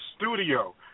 studio